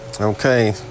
okay